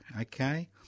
okay